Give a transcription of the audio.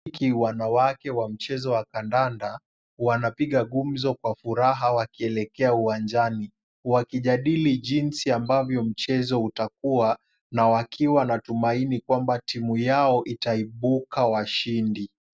Wanawake wa mchezo wa kandanda wanapiga gumzo kwa furaha wakielekea uwanjani, wakijadili jinsi mchezo utakuwa na wakiwa na tumaini kuwa timu yao itaibuka washindi.